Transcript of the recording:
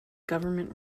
government